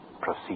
Proceed